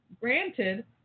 granted